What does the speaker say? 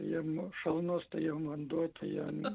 jiem šalnos tai jiem vanduo tai jiem